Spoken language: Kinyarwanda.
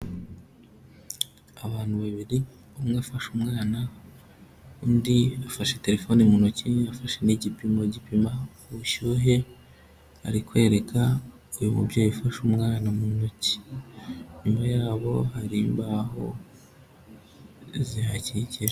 Abantu babiri umwe afashe umwana, undi afashe terefone mu ntoki, afashe n'igipimo gipima ubushyuhe, ari kwereka uyu mubyeyi ufashe umwana mu ntoki, inyuma yabo hari imbaho zihakikije.